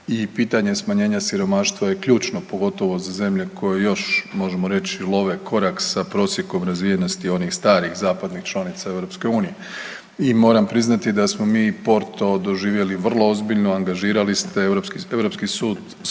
pitanje smanjenja siromaštva je ključno pogotovo za zemlje koje još možemo reći love korak sa prosjekom razvijenosti onih starih zapadnih članica EU. I moram priznati da smo mi Porto doživjeli vrlo ozbiljno, angažirali ste